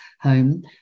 home